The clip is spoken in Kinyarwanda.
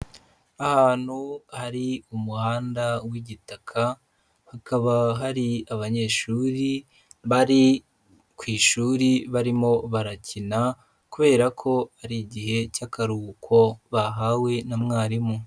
Ahantu hari umuhanda w'igitaka, hakaba hari abanyeshuri bari ku ishuri barimo barakina kubera ko ari igihe cy'akaruhuko bahawe na mwarimu.